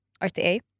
RTA